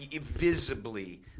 visibly